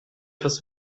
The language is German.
etwas